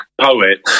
poet